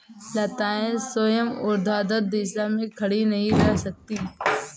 लताएं स्वयं ऊर्ध्वाधर दिशा में खड़ी नहीं रह सकती